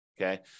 okay